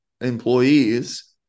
employees